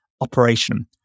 operation